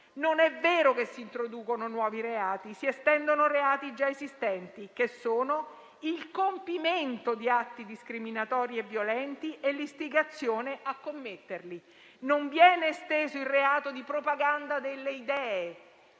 Non è vero che si introducono nuovi reati; si estendono fattispecie di reato già esistenti, che sono il compimento di atti discriminatori e violenti e l'istigazione a commetterli. Non viene esteso il reato di propaganda delle idee;